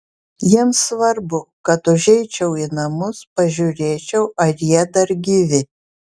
jiems svarbu kad užeičiau į namus pažiūrėčiau ar jie dar gyvi